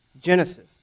Genesis